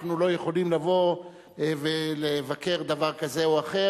אנחנו לא יכולים לבוא ולבקר דבר כזה או אחר.